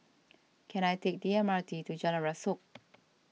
can I take the M R T to Jalan Rasok